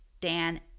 Dan